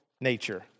nature